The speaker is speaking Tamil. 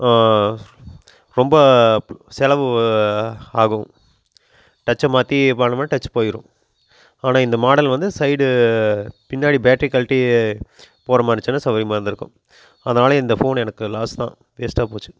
ரொம்ப செலவு ஆகும் டச்சை மாற்றி பண்ணணும்னால் டச்சு போயிரும் ஆனால் இந்த மாடல் வந்து சைடு பின்னாடி பேட்ரி கழட்டி போடுற மாதிரி இருந்துச்சுன்னா சௌரியமாக இருந்திருக்கும் அதனால் இந்த ஃபோன் எனக்கு லாஸ் தான் வேஸ்ட்டாக போச்சு